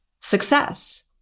success